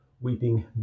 weeping